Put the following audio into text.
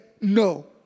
No